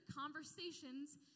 conversations